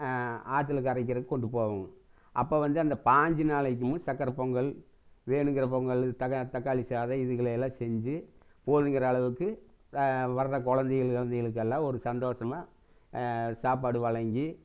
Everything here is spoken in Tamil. ஆத்தில் கரைக்கிறக்கு கொண்டு போவோங்க அப்போ வந்து அந்த பாஞ்சு நாளைக்கும் சக்கரை பொங்கல் வேணுங்கிற பொங்கல் தக்கா தக்காளி சாதம் இதுகளலாம் செஞ்சு போதுங்கிற அளவுக்கு வர்ற குழந்தைகள் கிழந்தைகளுக்கெல்லாம் ஒரு சந்தோசமாக சாப்பாடு வழங்கி